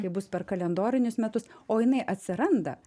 kai bus per kalendorinius metus o jinai atsiranda